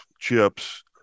chips